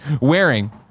wearing